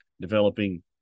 developing